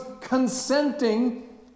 consenting